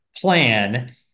plan